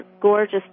gorgeous